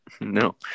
No